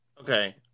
okay